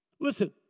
listen